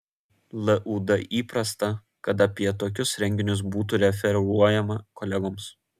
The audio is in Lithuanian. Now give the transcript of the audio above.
lud įprasta kad apie tokius renginius būtų referuojama kolegoms